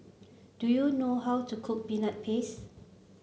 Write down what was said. do you know how to cook Peanut Paste